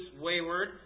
wayward